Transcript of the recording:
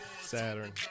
Saturn